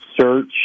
Search